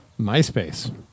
MySpace